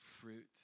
fruit